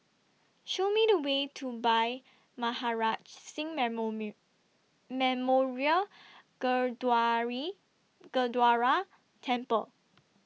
Show Me The Way to Bhai Maharaj Singh Memory Memorial Gurdwara Temple